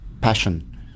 passion